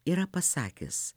yra pasakęs